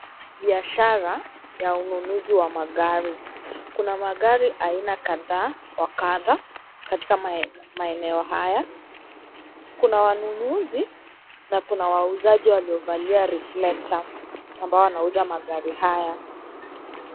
Biashara, ya ununuzi wa magari, kuna magari aina kathaa wa katha, katika mae, maeneo haya, kuna wanunuzi, na kuna wauzaji waliovalia(cs)reflector(cs), ambao wanauza magari haya.